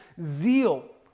zeal